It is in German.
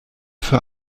für